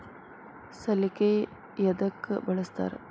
ಸಲಿಕೆ ಯದಕ್ ಬಳಸ್ತಾರ?